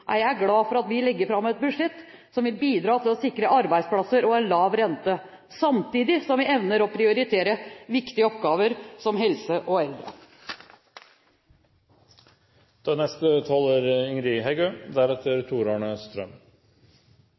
er jeg glad for at vi legger fram et budsjett som vil bidra til å sikre arbeidsplasser og en lav rente, samtidig som vi evner å prioritere viktige oppgaver som helse og eldre. Det er